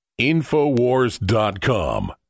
InfoWars.com